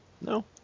No